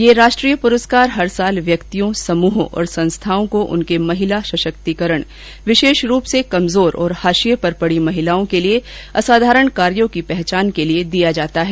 यह राष्ट्रीय पुरस्कार हर साल व्यक्तियों समूहों और संस्थानों को उनके महिला सशक्तीकरण विशेष रूप से कमजोर और हाशिए पर पड़ी महिलाओं के लिए असाधारण कायाँ की पहचान के लिए दिया जाता है